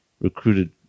recruited